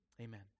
Amen